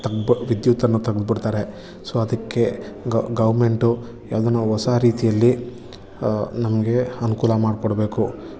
ವಿದ್ಯುತನ್ನು ತೆಗ್ದುಬಿಡ್ತಾರೆ ಸೋ ಅದಕ್ಕೆ ಗವರ್ನ್ಮೆಂಟು ಯಾವ್ದಾನ ಹೊಸ ರೀತಿಯಲ್ಲಿ ನಮಗೆ ಅನ್ಕೂಲ ಮಾಡ್ಕೊಡ್ಬೇಕು